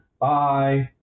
Bye